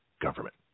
government